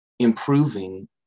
improving